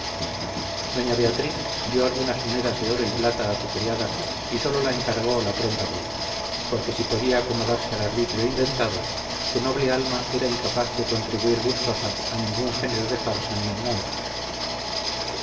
doña beatriz dio algunas monedas de oro y plata a su criada y sólo la encargó la pronta vuelta porque si podía acomodarse al arbitrio inventado su noble alma era incapaz de contribuir gustosa a ningún género de farsa ni engaño